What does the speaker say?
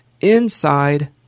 inside